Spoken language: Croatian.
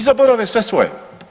I zaborave sve svoje.